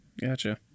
gotcha